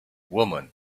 women